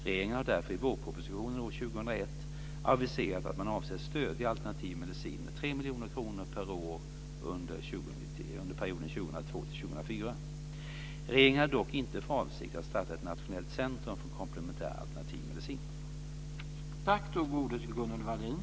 Regeringen har därför i vårpropositionen år 2001 aviserat att man avser att stödja alternativ medicin med 3 miljoner kronor per år under perioden 2002-2004. Regeringen har dock inte för avsikt att starta ett nationellt centrum för komplementär/alternativ medicin.